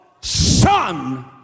son